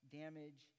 damage